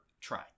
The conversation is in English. Try